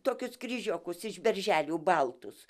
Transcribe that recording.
tokius kryžiokus iš berželių baltus